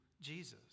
Jesus